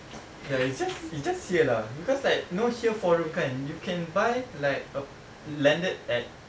ya it's just it's just here lah because like you know here four room kan you can buy like a landed at